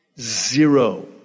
Zero